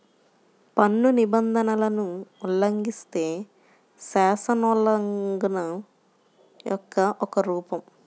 పన్ను నిబంధనలను ఉల్లంఘిస్తే, శాసనోల్లంఘన యొక్క ఒక రూపం